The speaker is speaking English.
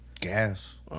Gas